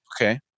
Okay